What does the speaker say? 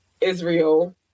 Israel